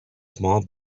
small